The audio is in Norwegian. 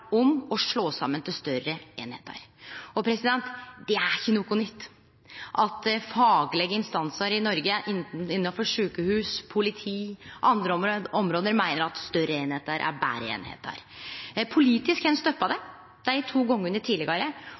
om å slå saman til større einingar. Det er ikkje noko nytt at faglege instansar i Noreg innafor sjukehus, politi og andre område meiner at større einingar er betre einingar. Politisk har ein støtta dette dei to